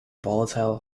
volatile